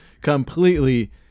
completely